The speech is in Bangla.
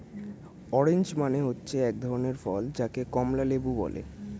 অরেঞ্জ মানে হচ্ছে এক ধরনের ফল যাকে কমলা লেবু বলে